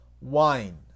wine